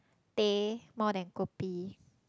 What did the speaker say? teh more than kopi